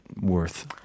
worth